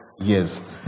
years